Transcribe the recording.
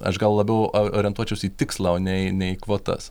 aš gal labiau o orientuočiausi į tikslą o ne į ne į kvotas